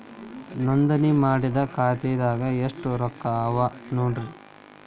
ನೋಂದಣಿ ಮಾಡಿದ್ದ ಖಾತೆದಾಗ್ ಎಷ್ಟು ರೊಕ್ಕಾ ಅವ ನೋಡ್ರಿ